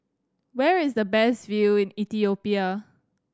where is the best view Ethiopia